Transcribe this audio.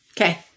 Okay